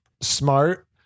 smart